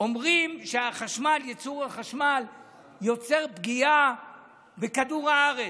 אומרים שייצור החשמל יוצר פגיעה בכדור הארץ,